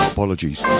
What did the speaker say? Apologies